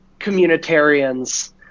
communitarians